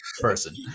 person